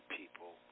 people